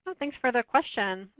thanks for the question.